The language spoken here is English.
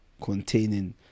containing